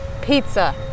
pizza